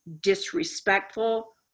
disrespectful